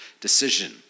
decision